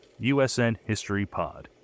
usnhistorypod